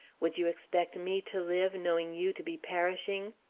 would you expect me to live, knowing you to be perishing?